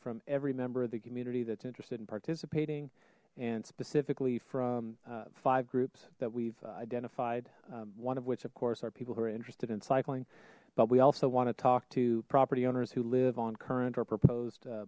from every member of the community that's interested in participating and specifically from five groups that we've identified one of which of course are people who are interested in cycling but we also want to talk to property owners who live on current or proposed